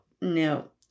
No